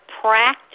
practice